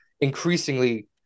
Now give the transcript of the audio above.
increasingly